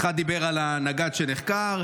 אחד דיבר על הנגד שנחקר,